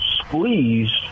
squeeze